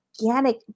organic